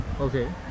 Okay